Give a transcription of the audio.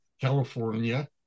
California